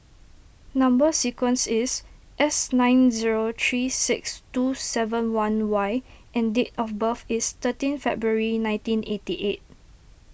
Number Sequence is S nine zero three six two seven one Y and date of birth is thirteen February nineteen eighty eight